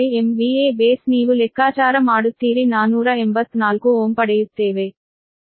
VB22B ನೀವು ಲೆಕ್ಕಾಚಾರ ಮಾಡುತ್ತೀರಿ 484 Ω ಪಡೆಯುತ್ತೇವೆ